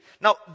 Now